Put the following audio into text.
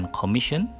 commission